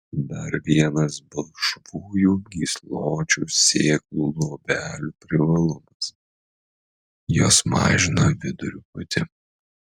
dar vienas balkšvųjų gysločių sėklų luobelių privalumas jos mažina vidurių pūtimą